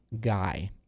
guy